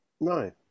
no